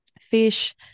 fish